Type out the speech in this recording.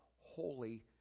holy